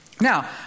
Now